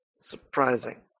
Surprising